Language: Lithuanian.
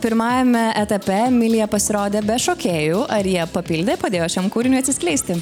pirmajame etape emilija pasirodė be šokėjų ar jie papildė padėjo šiam kūriniui atsiskleisti